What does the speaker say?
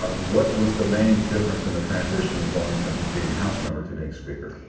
but what was the main difference in the transition of going from just being a house member to being speaker?